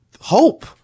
Hope